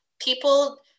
people